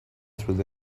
through